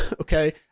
okay